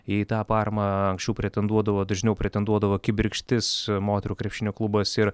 į tą paramą anksčiau pretenduodavo dažniau pretenduodavo kibirkštis moterų krepšinio klubas ir